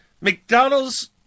McDonald's